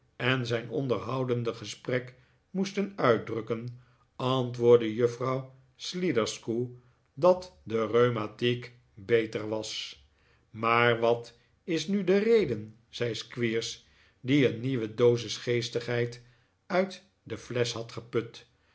en zijn onderhoudende gesprek moesten uitdrukken antwoordde juffrouw sliderskew dat de rheumatiek beter was maar wat is nu de reden zei squeers die een nieuwe dosis geestigheid uit de flesch had geput